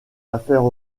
affaires